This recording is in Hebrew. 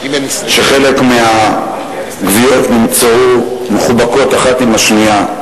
שחלק מהגוויות נמצאו מחובקות אחת עם השנייה,